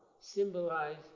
symbolize